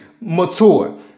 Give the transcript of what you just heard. mature